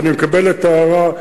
ואני מקבל את ההערה,